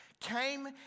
came